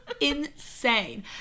insane